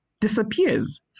disappears